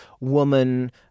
woman